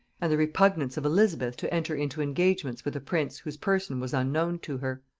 and the repugnance of elizabeth to enter into engagements with a prince whose person was unknown to her.